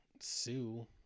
Sue